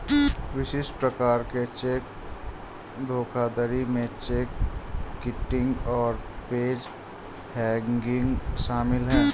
विशिष्ट प्रकार के चेक धोखाधड़ी में चेक किटिंग और पेज हैंगिंग शामिल हैं